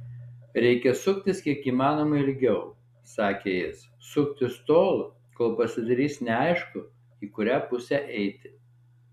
reikia suktis kiek įmanoma ilgiau sakė jis suktis tol kol pasidarys neaišku į kurią pusę eiti